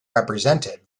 represented